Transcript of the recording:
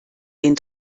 den